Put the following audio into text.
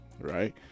Right